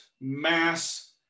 mass